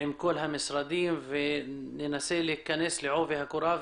עם כל המשרדים וננסה להיכנס לעובי הקורה.